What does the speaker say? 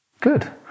Good